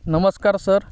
नमस्कार सर